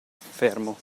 fermo